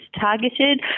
targeted